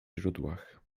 źródłach